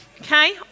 Okay